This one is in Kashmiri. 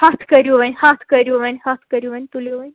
ہَتھ کٔرِو وَنۍ ہَتھ کٔرِو وَنۍ ہَتھ کٔرِو ونۍ تُلِو وَنۍ